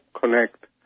connect